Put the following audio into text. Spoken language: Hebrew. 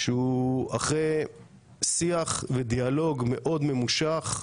שהוא אחרי שיח ודיאלוג מאוד ממושך,